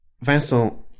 Vincent